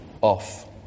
off